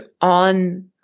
on